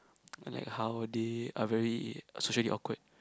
like how they are very uh socially awkward